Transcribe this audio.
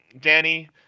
Danny